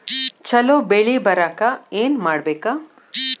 ಛಲೋ ಬೆಳಿ ಬರಾಕ ಏನ್ ಮಾಡ್ಬೇಕ್?